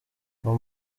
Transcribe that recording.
uwo